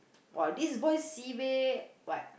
[wah] this boy sibei what